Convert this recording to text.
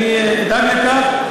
אני אדאג לכך,